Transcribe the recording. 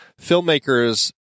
filmmakers